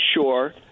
sure—